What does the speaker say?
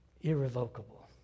irrevocable